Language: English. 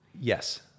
Yes